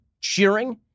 cheering